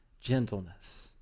gentleness